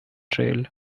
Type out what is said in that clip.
trail